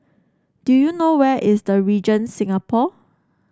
do you know where is The Regent Singapore